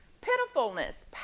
Pitifulness